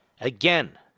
Again